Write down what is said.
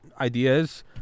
ideas